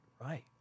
right